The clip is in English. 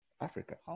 Africa